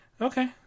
Okay